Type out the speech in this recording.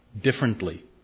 differently